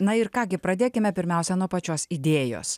na ir ką gi pradėkime pirmiausia nuo pačios idėjos